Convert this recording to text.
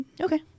Okay